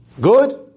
Good